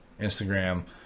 Instagram